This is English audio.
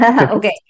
Okay